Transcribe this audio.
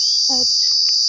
ᱟᱨ